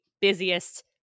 busiest